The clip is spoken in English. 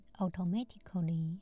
automatically